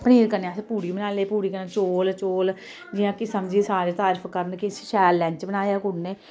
पनीर कन्नै असें पूड़ी बनाई लेई पूड़ी कन्नै चौल चौल जियां कि समझी सारे तरीफ करन की शैल लंच बनाया कुड़ी नै